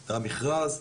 המכרז,